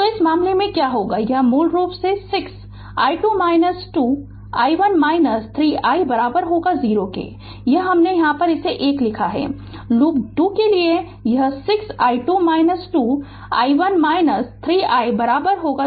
तो इस मामले में क्या होगा यह मूल रूप से 6 i2 2 i1 3 i 0 यह 1 हमने यहां लिखा है लूप 2 के लिए यह 6 i2 2 i1 3 i 0 है यह समीकरण 4 है